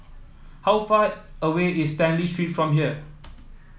how far away is Stanley Street from here